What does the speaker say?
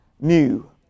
new